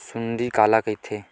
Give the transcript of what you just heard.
सुंडी काला कइथे?